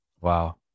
Wow